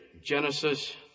Genesis